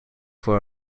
for